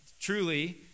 truly